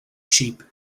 sheep